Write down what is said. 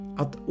att